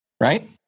Right